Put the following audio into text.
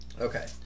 Okay